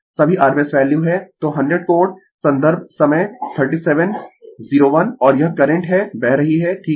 तो 100 कोण संदर्भ समय 37 01 और यह करंट है बह रही है ठीक है